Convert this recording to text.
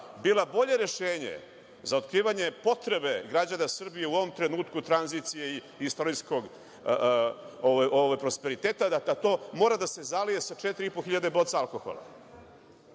bila bolje rešenje za otkrivanje potrebe građana Srbije u ovom trenutku, u tranziciji istorijskog prosperiteta, da to mora da se zalije sa 4.500 boca alkohola?